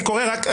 אני קורא רק,